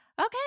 Okay